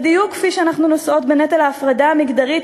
בדיוק כפי שאנחנו נושאות בנטל ההפרדה המגדרית